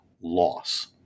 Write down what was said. loss